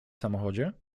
samochodzie